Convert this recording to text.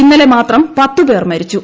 ഇന്നലെ മാത്രം പത്ത് പേർ മരിച്ചു